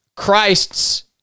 Christ's